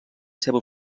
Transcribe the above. seva